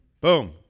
Boom